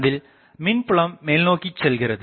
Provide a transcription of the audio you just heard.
அதில் மின்புலம் மேல்நோக்கி செல்கிறது